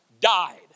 died